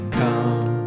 come